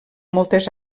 moltes